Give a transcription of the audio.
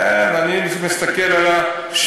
כן, אני מסתכל על השביתה.